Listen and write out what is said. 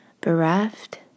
bereft